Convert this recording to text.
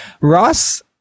Ross